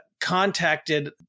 contacted